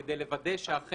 זאת כדי לוודא שאם